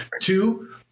Two